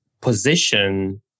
position